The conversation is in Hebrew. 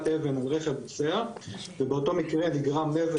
רכב על רכב נוסע ובאותו מקרה נגרם נזק,